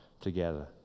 together